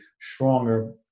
stronger